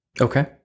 okay